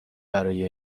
برای